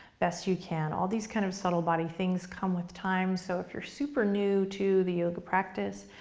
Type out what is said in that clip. best you can, all these kind of subtle body things come with time, so if you're super new to the yoga practice,